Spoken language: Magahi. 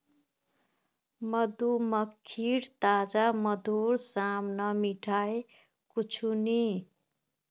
मधुमक्खीर ताजा मधुर साम न मिठाई कुछू नी